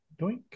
Doink